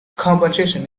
compensation